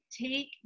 take